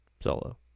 solo